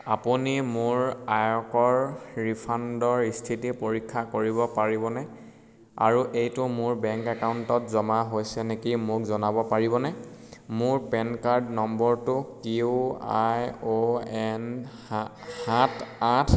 আপুনি মোৰ আয়কৰ ৰিফাণ্ডৰ স্থিতি পৰীক্ষা কৰিব পাৰিবনে আৰু এইটো মোৰ বেংক একাউণ্টত জমা হৈছে নেকি মোক জনাব পাৰিবনে মোৰ পেন কাৰ্ড নম্বৰটো কিউ আই অ' এন সাত আঠ